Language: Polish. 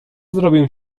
zrobię